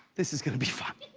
this is going to be fun.